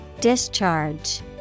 Discharge